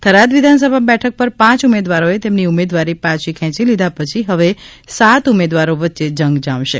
થરાદ વિધાનસભા બેઠક પર પાંચ ઉમેદવારોએ તેમની ઉમેદવારી પાછી ખેંચી લીધા પછી હવે સાત ઉમેદવારો વચ્ચે જંગ જામશે